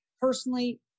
personally